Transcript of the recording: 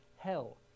hell